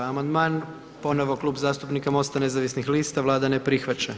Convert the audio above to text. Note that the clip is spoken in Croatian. Amandman ponovo Klub zastupnika MOST-a nezavisnih lista, Vlada ne prihvaća.